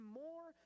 more